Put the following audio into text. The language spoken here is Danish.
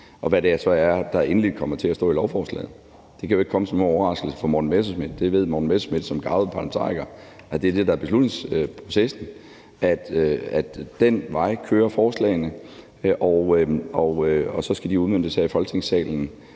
og hvad det så er, der endelig kommer til at stå i lovforslaget. Det kan jo ikke komme som nogen overraskelse for Morten Messerschmidt; det ved Morten Messerschmidt som garvet parlamentariker, altså at det er det, der er beslutningsprocessen, at den vej kører forslagene, og så skal de udmøntes her i Folketingssalen